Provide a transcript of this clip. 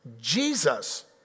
Jesus